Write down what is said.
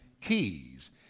keys